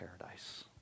paradise